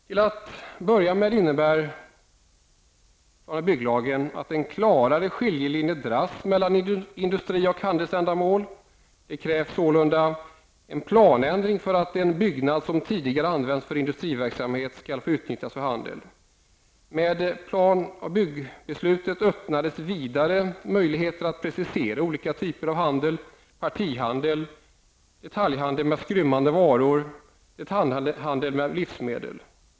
Till att börja med innebär PBL att en klarare skiljelinje dras mellan industri och handelsändamål. Det krävs sålunda en planändring för att en byggnad som tidigare använts för industriverksamhet skall få utnyttjas för handel. Med PBL-beslutet öppnades vidare möjlighet att precisera olika typer av handel: partihandel, detaljhandel med skrymmande varor och detaljhandel med livsmedel.